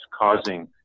causing